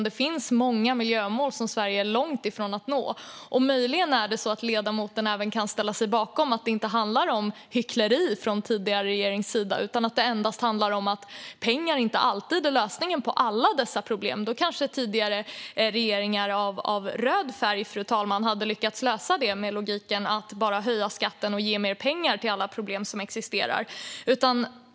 Det finns många miljömål som Sverige är långt ifrån att nå. Möjligen är det så att ledamoten även kan ställa sig bakom att det inte handlar om hyckleri från den tidigare regeringens sida utan att det endast handlar om att pengar inte alltid är lösningen på alla dessa problem. Då kanske tidigare regeringar av röd färg hade lyckats lösa detta med logiken att bara höja skatten och ge mer pengar för att lösa alla problem som existerar.